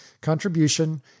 contribution